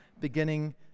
beginning